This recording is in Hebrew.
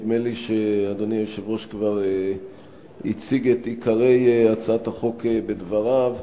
נדמה לי שאדוני היושב-ראש כבר הציג את עיקרי הצעת החוק בדבריו.